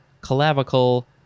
clavicle